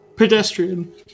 pedestrian